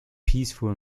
peaceful